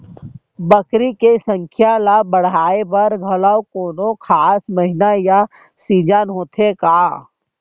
बकरी के संख्या ला बढ़ाए बर घलव कोनो खास महीना या सीजन होथे का?